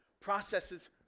processes